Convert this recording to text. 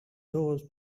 those